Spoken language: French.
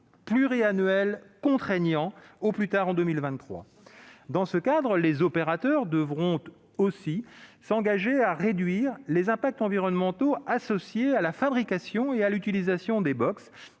pluriannuels contraignants, au plus tard en 2023. Dans ce cadre, les opérateurs devront aussi s'engager à réduire les impacts environnementaux associés à la fabrication et à l'utilisation des box